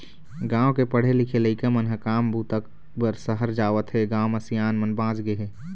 गाँव के पढ़े लिखे लइका मन ह काम बूता बर सहर जावत हें, गाँव म सियान मन बाँच गे हे